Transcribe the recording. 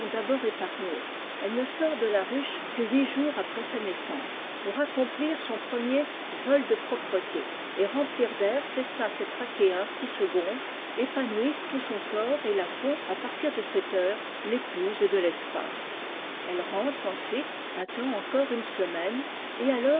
d'abord épargnées elle ne sort de la ruche que huît jours après sa naissance pour accomplir son premier vol de propreté et remplir d'air ses sacs trachéens qui se gonflent épanouissent tout son corps et la font à partir de cette heure l'épouse de l'espace elle rentre ensuite attend encore une semaine et alors